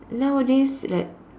nowadays like